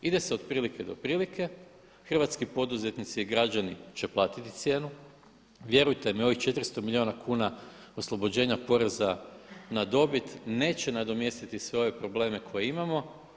Ide se otprilike do prilike, hrvatski poduzetnici i građani će platiti cijenu, vjerujte mi ovih 400 milijuna kuna oslobođenja poreza na dobit neće nadomjestiti sve ove probleme koje imamo.